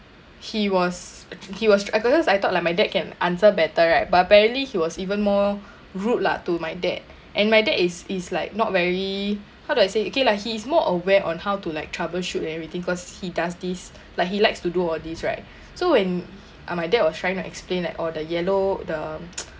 he was he was uh causes I thought like my dad can answer better right but apparently he was even more rude lah to my dad and my dad is is like not very how do I say okay lah he is more aware on how to like troubleshoot and everything cause he does this like he likes to do all these right so when ah my dad was trying to explain like oh the yellow the